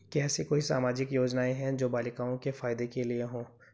क्या ऐसी कोई सामाजिक योजनाएँ हैं जो बालिकाओं के फ़ायदे के लिए हों?